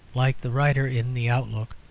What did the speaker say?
like the writer in the outlook,